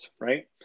right